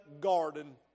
garden